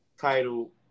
title